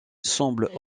semblent